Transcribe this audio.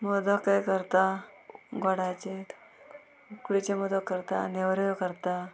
मोदकय करता गोडाचे उकडीचे मोदक करता आनी नेवऱ्यो करता